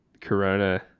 corona